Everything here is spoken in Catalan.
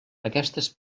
aquestes